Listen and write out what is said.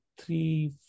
three